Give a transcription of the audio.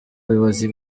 buyobozi